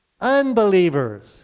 unbelievers